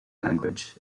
language